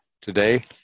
today